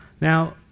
Now